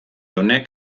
honek